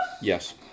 Yes